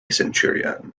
centurion